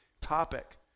topic